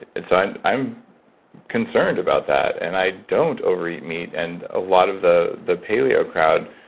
and so i'm i'm concerned about that. and i don't overeat meat and a lot of the the paleo crowd,